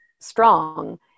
Strong